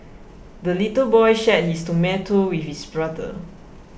the little boy shared his tomato with his brother